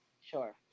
Sure